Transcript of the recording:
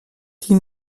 die